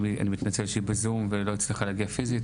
היא מתנצלת שהיא בזום ולא הצליחה להגיע פיזית.